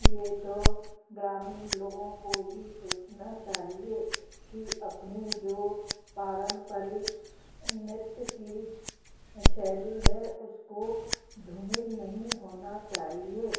ये तो ग्रामीण लोगों को ही सोचना चाहिए कि अपनी जो पारंपरिक नृत्य की शैली है उसको धूमिल नहीं होना चाहिए